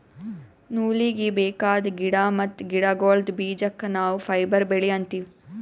ನೂಲೀಗಿ ಬೇಕಾದ್ ಗಿಡಾ ಮತ್ತ್ ಗಿಡಗೋಳ್ದ ಬೀಜಕ್ಕ ನಾವ್ ಫೈಬರ್ ಬೆಳಿ ಅಂತೀವಿ